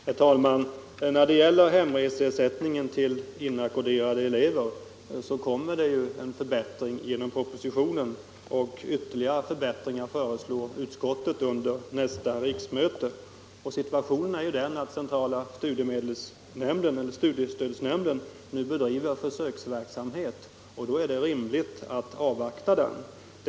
Herr talman! När det gäller hemreseersättning till inackorderade elever blir det en förbättring genom propositionen, och utskottet föreslår ytterligare förbättringar under nästa riksmöte. Situationen är den att centrala studiestödsnämnden nu bedriver försöksverksamhet och då är det rimligt att avvakta resultatet av denna verksamhet.